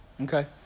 okay